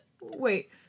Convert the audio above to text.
wait